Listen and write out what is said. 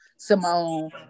Simone